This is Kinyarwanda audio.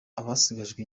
basigajwe